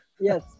Yes